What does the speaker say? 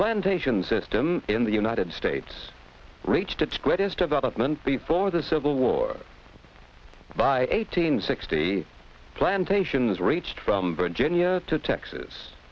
plantations system in the united states reached its greatest development before the civil war by eighteen sixty plantations reached from virginia to texas